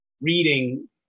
reading